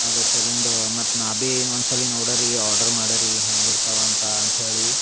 ಅದ್ರ ಸಲಿಂದ ಮತ್ತು ನಾ ಬಿ ಒಂದ್ಸಲಿ ನೋಡ ರೀ ಆರ್ಡ್ರ್ ಮಾಡ ರೀ ಹೆಂಗ ಇರ್ತಾವ ಅಂತ ಅಂತೇಳಿ